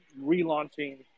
relaunching